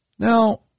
Now